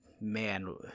man